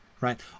right